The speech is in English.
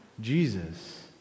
Jesus